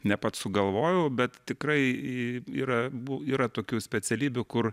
ne pats sugalvojau bet tikrai yra bu yra tokių specialybių kur